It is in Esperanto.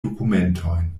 dokumentojn